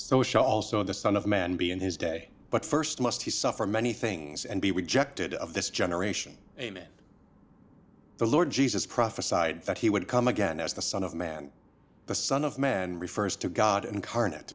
shall also the son of man be in his day but first must he suffer many things and be rejected of this generation amen the lord jesus prophesied that he would come again as the son of man the son of man refers to god incarnate